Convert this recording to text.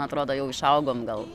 atrodo jau išaugom gal